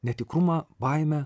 netikrumą baimę